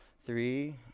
three